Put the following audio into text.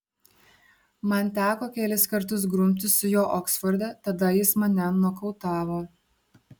man teko kelis kartus grumtis su juo oksforde tada jis mane nokautavo